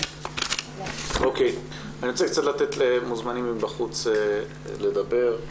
אני רוצה לתת למוזמנים מבחוץ לדבר.